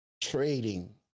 trading